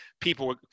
people